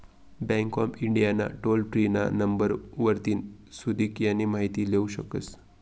bank of India ना toll free ना number वरतीन सुदीक यानी माहिती लेवू शकतस